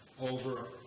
over